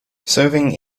serving